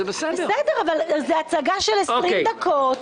זה בסך הכול הצגה של 20 דקות.